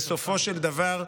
בסופו של דבר,